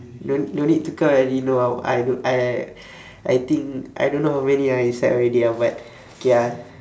no no need to count I already know ah I I I think I don't know how many ah inside already ah but K ah